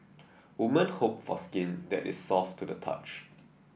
women hope for skin that is soft to the touch